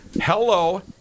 hello